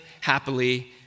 happily